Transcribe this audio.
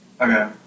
Okay